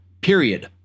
Period